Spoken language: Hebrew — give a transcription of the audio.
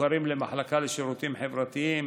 והמוכרים למחלקה לשירותים חברתיים,